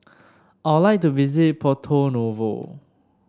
I would like to visit Porto Novo